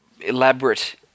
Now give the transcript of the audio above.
elaborate